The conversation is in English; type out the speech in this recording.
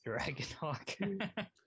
Dragonhawk